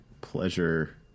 pleasure